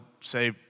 say